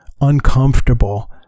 uncomfortable